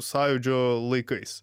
sąjūdžio laikais